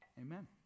Amen